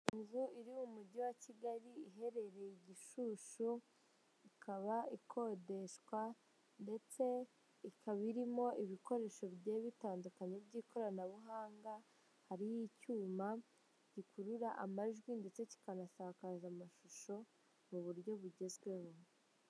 Inzu iri mu mujyi wa Kigali iherereye i Gishushu, ikaba ikodeshwa, ndetse ikaba irimo ibikoresho bigiye bitandukanye by'ikoranabuhanga, hari icyuma gikurura amajwi ndetse kikanasakaza amashusho mu buryo bugezweho.